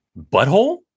butthole